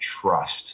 trust